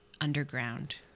Underground